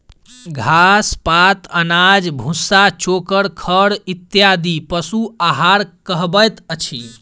घास, पात, अनाज, भुस्सा, चोकर, खड़ इत्यादि पशु आहार कहबैत अछि